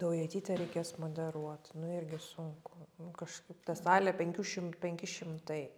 daujotytę reikės moderuot nu irgi sunku kažkaip ta salė penkių šim penki šimtai